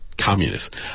communist